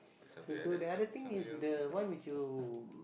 so so the other thing is the one which you